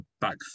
back